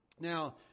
Now